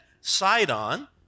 Sidon